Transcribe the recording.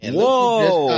Whoa